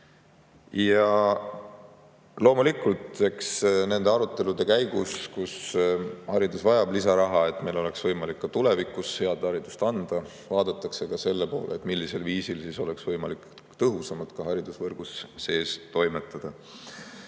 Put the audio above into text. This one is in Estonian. Loomulikult, eks nendes aruteludes, et haridus vajab lisaraha, et meil oleks võimalik ka tulevikus head haridust anda, vaadatakse ka selle poole, millisel viisil oleks võimalik tõhusamalt haridusvõrgus toimetada.